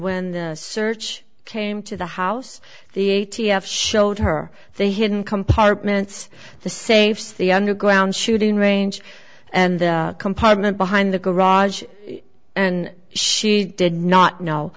when the search came to the house the a t f showed her the hidden compartments the safes the underground shooting range and the compartment behind the garage and she did not know